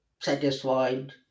satisfied